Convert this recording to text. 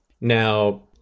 Now